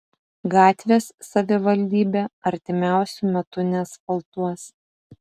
gatvės savivaldybė artimiausiu metu neasfaltuos